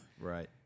Right